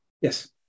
Yes